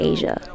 Asia